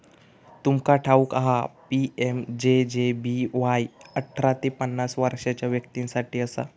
तुमका ठाऊक हा पी.एम.जे.जे.बी.वाय अठरा ते पन्नास वर्षाच्या व्यक्तीं साठी असा